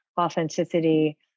authenticity